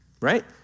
Right